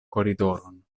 koridoron